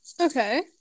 Okay